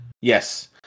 Yes